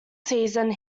season